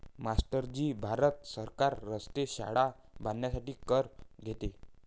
master ji Bharat सरकार रस्ते, शाळा बांधण्यासाठी कर घेते